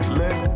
let